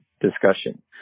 discussion